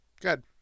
Good